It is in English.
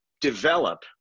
develop